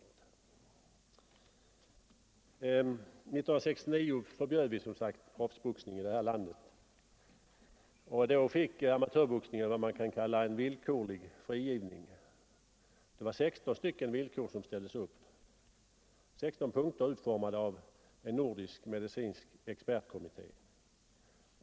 1969 förbjöd vi proffsboxning i Sverige, och då fick amatörboxningen vad man kan kalla en villkorlig frigivning. Det var 16 villkor som ställdes upp, utformade av en nordisk medicinsk expertkommitté.